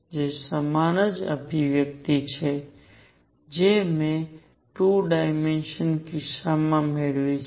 જે સમાન જ અભિવ્યક્તિ છે જે મેં 2 ડાયમેન્શનલ કિસ્સામાં મેળવી છે